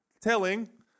telling